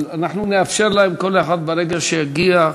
אבל אנחנו נאפשר להם, כל אחד ברגע שיגיע.